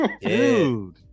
dude